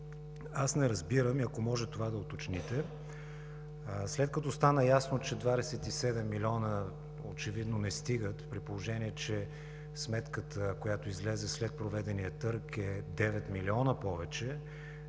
Не разбирам и ако може това да уточните: след като стана ясно, че 27 милиона очевидно не стигат, при положение че сметката, която излезе след проведения търг, е 9 милиона повече,